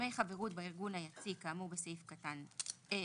"דמי חברות בארגון היציג כאמור בסעיף קטן (ב),